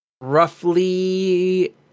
roughly